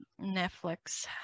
Netflix